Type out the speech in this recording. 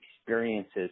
experiences